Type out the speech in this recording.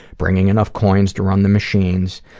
bringing enough coins to run the machines,